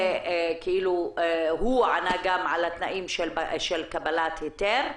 וגם הוא ענה על התנאים של קבלת היתר?